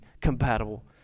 compatible